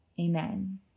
Amen